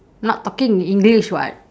not talking in english [what]